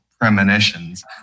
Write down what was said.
premonitions